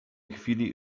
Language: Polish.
chwili